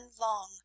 long